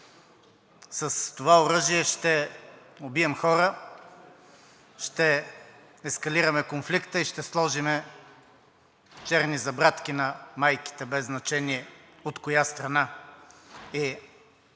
С това оръжие ще убием хора, ще ескалираме конфликта и ще сложим черни забрадки на майките, без значение от коя страна са.